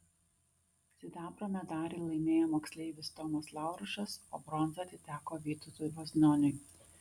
sidabro medalį laimėjo moksleivis tomas laurušas o bronza atiteko vytautui vaznoniui